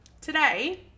today